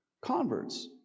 converts